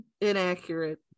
Inaccurate